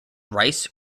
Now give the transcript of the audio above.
rice